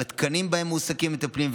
על התקנים שבהם מועסקים המטפלים,